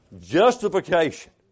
Justification